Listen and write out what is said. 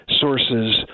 sources